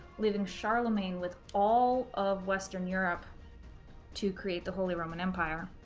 leaving charlemagne with all of western europe to create the holy roman empire.